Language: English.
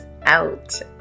out